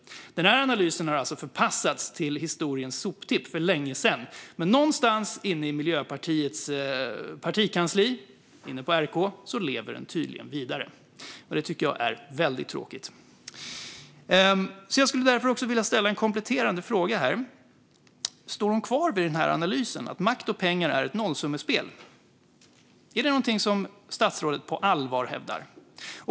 Den har förpassats till historiens soptipp för länge sedan. Men någonstans inne i Miljöpartiets kansli, inne på Regeringskansliet, lever den tydligen vidare, och det tycker jag är väldigt tråkigt. Jag skulle därför vilja ställa en kompletterande fråga: Står Märta Stenevi fast vid att makt och pengar är ett nollsummespel? Är det någonting som statsrådet på allvar hävdar?